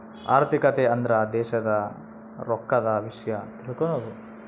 ಆರ್ಥಿಕತೆ ಅಂದ್ರ ದೇಶದ್ ರೊಕ್ಕದ ವಿಷ್ಯ ತಿಳಕನದು